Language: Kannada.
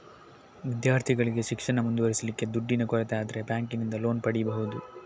ವಿದ್ಯಾರ್ಥಿಗಳಿಗೆ ಶಿಕ್ಷಣ ಮುಂದುವರಿಸ್ಲಿಕ್ಕೆ ದುಡ್ಡಿನ ಕೊರತೆ ಆದ್ರೆ ಬ್ಯಾಂಕಿನಿಂದ ಲೋನ್ ಪಡೀಬಹುದು